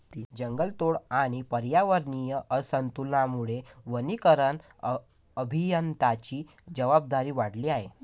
जंगलतोड आणि पर्यावरणीय असंतुलनामुळे वनीकरण अभियंत्यांची जबाबदारी वाढली आहे